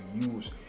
use